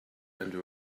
and